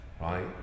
right